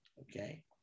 Okay